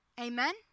Amen